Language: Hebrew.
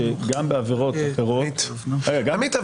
שגם בעבירות אחרות --- עמית,